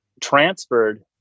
transferred